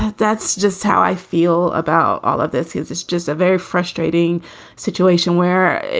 that's just how i feel about all of this is it's just a very frustrating situation where,